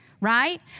right